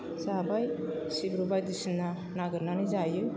जाबाय सिब्रु बायदिसिना नागिरनानै जायो